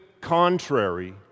contrary